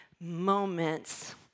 moments